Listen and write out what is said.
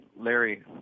Larry